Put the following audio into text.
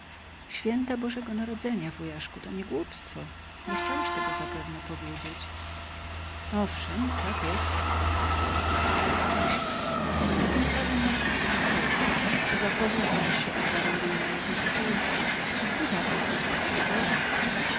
święta bożego narodzenia wujaszku to nie głupstwo nie chciałeś tego zapewne powiedzieć owszem tak jest rzekł scrooge wesołych świąt jakiem prawem masz być wesoły co za powód abyś się oddawał rujnującej wesołości i tak jesteś dosyć ubogi